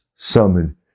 summoned